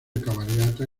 cabalgata